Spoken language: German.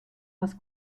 was